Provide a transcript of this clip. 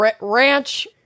ranch